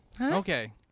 okay